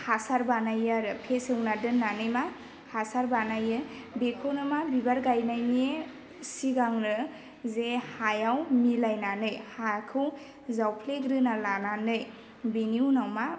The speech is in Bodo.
हासार बानायो आरो फेसेवना दोननानै मा हासार बानायो बेखौनो मा बिबार गायनायनि सिगांनो जे हायाव मिलायनानै हाखौ जावफ्लेग्रोना लानानै बेनि उनाव मा